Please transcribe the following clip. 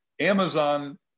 Amazon